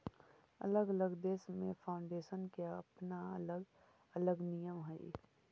अलग अलग देश में फाउंडेशन के अपना अलग अलग नियम हई